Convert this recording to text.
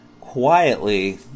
quietly